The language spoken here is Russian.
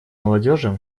молодежи